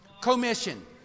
Commission